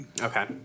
Okay